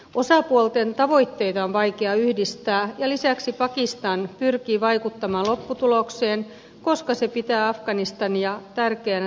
osapuolten tavoitteita on vaikea yhdistää ja lisäksi pakistan pyrkii vaikuttamaan lopputulokseen koska se pitää afganistania tärkeänä strategisena alueena